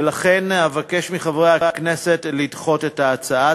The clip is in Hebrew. ולכן אבקש מחברי הכנסת לדחות את ההצעה.